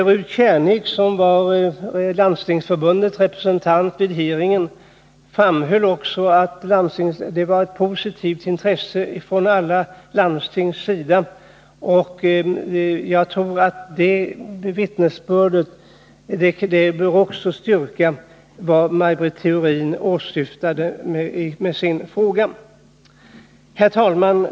Ruth Kärnek, som var Landstingsförbundets representant vid hearingen, framhöll också att det finns ett positivt intresse från alla landstings sida. Jag tror att det vittnesbördet också tjänar det syfte som Maj Britt Theorin vill nå med sin fråga. Herr talman!